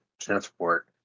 transport